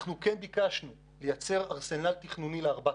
אנחנו כן ביקשנו לייצר ארסנל תכנוני ל-4,000,